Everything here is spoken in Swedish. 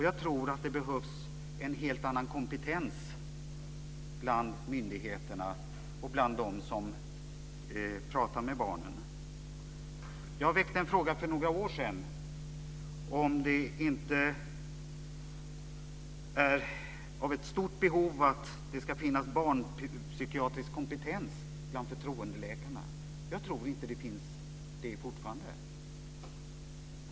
Jag tror att det behövs en helt annan kompetens bland myndigheterna och bland dem som pratar med barnen. Jag ställde en fråga för några år sedan, om det inte finns ett stort behov av barnpsykiatrisk kompetens bland förtroendeläkarna. Jag tror inte att det finns ännu.